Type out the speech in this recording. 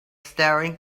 staring